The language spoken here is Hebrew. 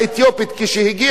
כשהגיעה למדינת ישראל,